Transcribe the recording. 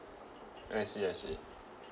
I see I see